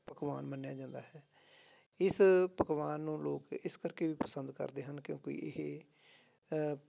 ਪਕਵਾਨ ਮੰਨਿਆ ਜਾਂਦਾ ਹੈ ਇਸ ਪਕਵਾਨ ਨੂੰ ਲੋਕ ਇਸ ਕਰਕੇ ਵੀ ਪਸੰਦ ਕਰਦੇ ਹਨ ਕਿਉਂਕਿ ਇਹ